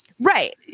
Right